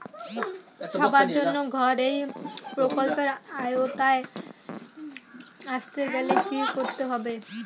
সবার জন্য ঘর এই প্রকল্পের আওতায় আসতে গেলে কি করতে হবে?